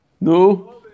No